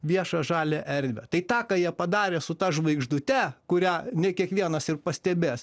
viešą žalią erdvę tai tą ką jie padarė su ta žvaigždute kurią ne kiekvienas ir pastebės